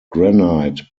granite